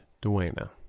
Duena